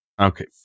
Okay